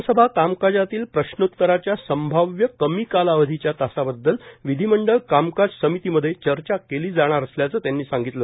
विधानसभा कामकाजात प्रश्नोत्तराच्या संभाव्या कमी कालावधीच्या तासाबद्दल विधीमंडळ कामकाज समितीमध्ये चर्चा केली जाणार असल्याचं त्यांनी सांगितलं